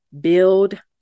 build